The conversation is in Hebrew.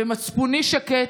ומצפוני שקט,